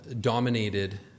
dominated